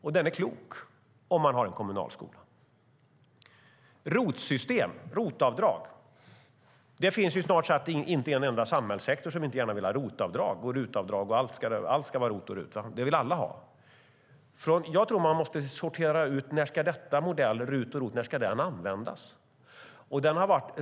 Den är också klok, om vi har en kommunal skola. Snart sagt varenda samhällssektor vill ha ROT och RUT-avdrag. Vi måste dock sortera ut när denna modell ska användas.